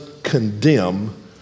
condemn